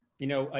you know, ah